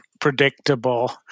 predictable